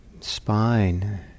spine